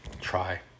try